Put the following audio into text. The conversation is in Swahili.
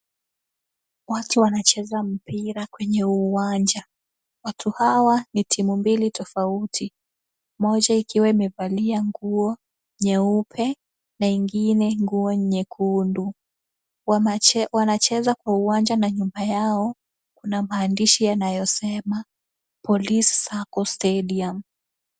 Watu wanacheza mpira kwenye uwanja, watu hawa ni timu mbili tofauti, moja ikiwa imevalia nguo nyeupe na ingine nguo nyekundu, wanacheza kwa uwanja na nyuma yao kuna maandishi yanayosema -polisi ako stadium .